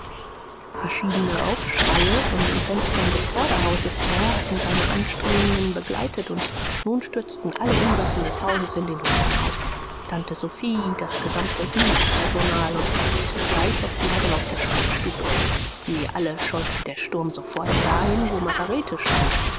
verschiedene aufschreie von den fenstern des vorderhauses her hatten seine anstrengungen begleitet und nun stürzten alle insassen des hauses in den hof hinaus tante sophie das gesamte dienstpersonal und fast zugleich auch die herren aus der schreibstube sie alle scheuchte der sturm sofort dahin wo margarete stand